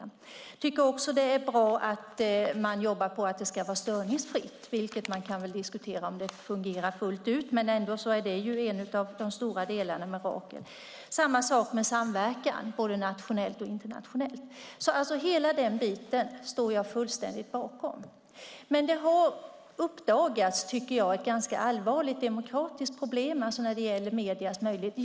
Jag tycker också att det är bra att man jobbar på att det ska vara störningsfritt. Man kan diskutera om det fungerar fullt ut, men det är ändå en av de stora fördelarna med Rakel. Det är samma sak med samverkan både nationellt och internationellt. Hela denna bit står jag fullständigt bakom. Men det har uppdagats ett ganska allvarligt demokratiskt problem när det gäller mediernas möjligheter.